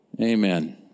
Amen